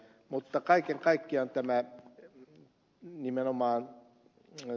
mutta kaiken kaikkiaan nimenomaan sanoi